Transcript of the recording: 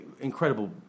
incredible